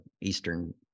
eastern